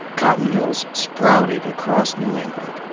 cotton mills sprouted across new england,